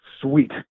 sweet